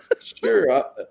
Sure